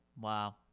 Wow